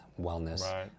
wellness